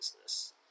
business